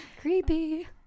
Creepy